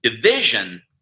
Division